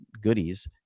goodies